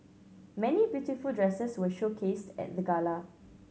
many beautiful dresses were showcased at the gala